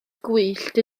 gwyllt